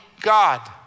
God